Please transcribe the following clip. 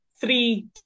three